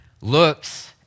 looks